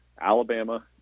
Alabama